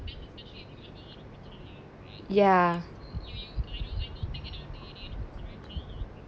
ya